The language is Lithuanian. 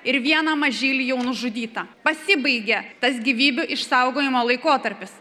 ir vieną mažylį jau nužudytą pasibaigė tas gyvybių išsaugojimo laikotarpis